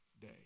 Day